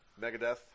Megadeth